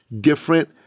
different